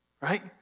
Right